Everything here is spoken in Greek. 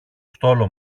στόλο